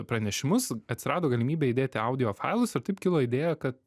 pranešimus atsirado galimybė įdėti audio failus ir taip kilo idėja kad